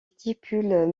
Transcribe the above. stipules